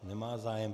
Nemá zájem.